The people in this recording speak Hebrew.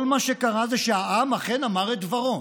כל מה שקרה זה שהעם אכן אמר את דברו.